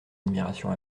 admiration